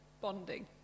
bonding